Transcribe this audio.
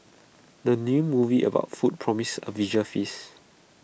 the new movie about food promises A visual feast